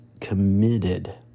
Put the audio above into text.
committed